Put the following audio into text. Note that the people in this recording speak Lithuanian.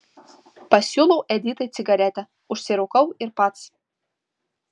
pasiūlau editai cigaretę užsirūkau ir pats